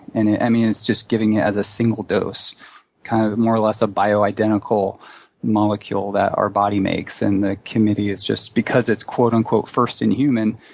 and and i mean, it's just giving as a single dose kind of more or less a bioidentical molecule that our body makes. and the committee is just, because it's, quote, unquote, first in human,